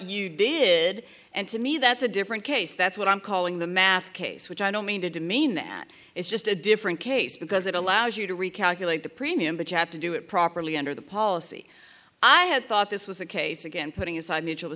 you did and to me that's a different case that's what i'm calling the math case which i don't mean to demean that it's just a different case because it allows you to recalculate the premium but you have to do it properly under the policy i had thought this was the case again putting aside m